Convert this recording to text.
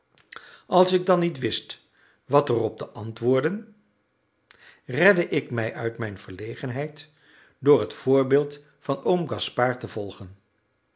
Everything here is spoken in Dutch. als ik dan niet wist wat erop te antwoorden redde ik mij uit mijn verlegenheid door het voorbeeld van oom gaspard te volgen